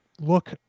look